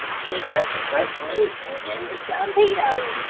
he must ha' broke loose and jined the stampedo,